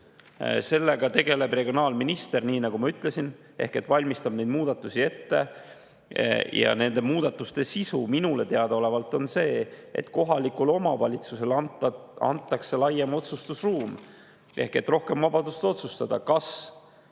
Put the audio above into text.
sellega tegeleb regionaalminister, kes valmistab neid muudatusi ette. Nende muudatuste sisu minule teadaolevalt on see, et kohalikule omavalitsusele antakse laiem otsustusruum ehk et [ta saab] rohkem vabadust otsustada, kas